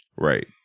Right